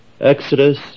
Exodus